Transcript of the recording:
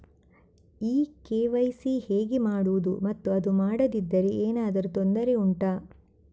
ಈ ಕೆ.ವೈ.ಸಿ ಹೇಗೆ ಮಾಡುವುದು ಮತ್ತು ಅದು ಮಾಡದಿದ್ದರೆ ಏನಾದರೂ ತೊಂದರೆ ಉಂಟಾ